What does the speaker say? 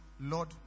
Lord